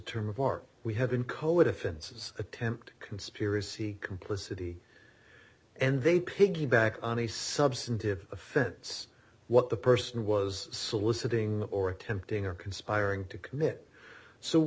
term of art we have been code offenses attempt conspiracy complicity and they piggyback on a substantive offense what the person was soliciting or attempting or conspiring to commit so